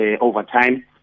overtime